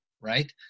right